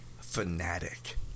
fanatic